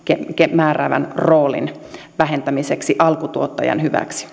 määräävän roolin vähentämiseksi alkutuottajan hyväksi